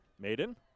Maiden